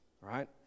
right